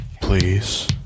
please